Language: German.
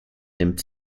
nimmt